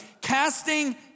Casting